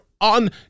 on